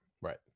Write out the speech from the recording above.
right